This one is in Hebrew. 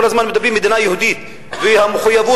כל הזמן מדברים על מדינה יהודית והנאמנות והמחויבות,